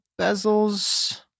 bezels